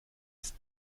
ist